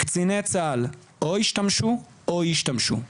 קציני צה"ל או השתמשו או ישתמשו,